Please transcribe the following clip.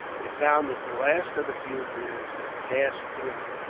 they found that the last of the fugitives had passed through.